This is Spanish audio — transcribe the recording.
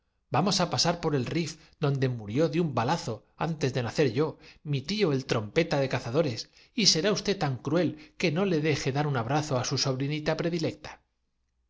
vamos á pasar por el riff donde murió de un de su inspección inquisitorial balazo antes de nacer yo mi tío el trompeta de caza en este momento entramos en el año será usted tan cruel que no le deje dar un mó benjamín consultando el derrotero abrazo á su sobrina predilecta